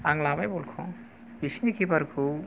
आं लाबाय बल खौ बिसोरनि किपार खौ